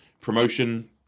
promotion